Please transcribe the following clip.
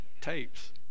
tapes